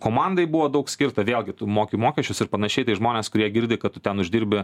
komandai buvo daug skirta vėlgi tu moki mokesčius ir panašiai tai žmonės kurie girdi kad tu ten uždirbi